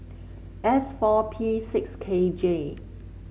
S four P six K J